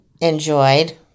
enjoyed